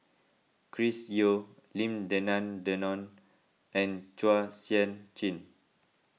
Chris Yeo Lim Denan Denon and Chua Sian Chin